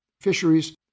fisheries